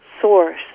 source